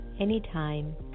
anytime